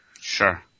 Sure